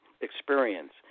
experience